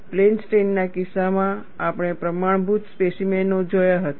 plane સ્ટ્રેઈનના કિસ્સામાં આપણે પ્રમાણભૂત સ્પેસીમેન ઓ જોયા હતા